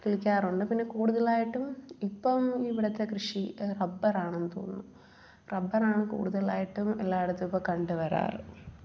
കിളിക്കാറുണ്ട് പിന്നെ കൂടുതലായിട്ടും ഇപ്പം ഇവിടുത്തെ കൃഷി റബ്ബർ ആണെന്ന് തോന്നുന്നു റബ്ബർ ആണ് കൂടുതലായിട്ടും എല്ലായിടത്തും ഇപ്പം കണ്ടുവരാറ്